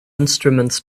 instruments